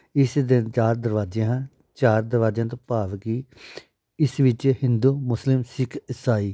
ਇਸ ਦੇ ਚਾਰ ਦਰਵਾਜ਼ੇ ਹਨ ਚਾਰ ਦਰਵਾਜ਼ਿਆਂ ਤੋਂ ਭਾਵ ਕਿ ਇਸ ਵਿੱਚ ਹਿੰਦੂ ਮੁਸਲਿਮ ਸਿੱਖ ਇਸਾਈ